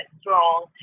strong